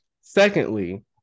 Secondly